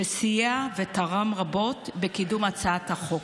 שסייע ותרם רבות בקידום הצעת החוק.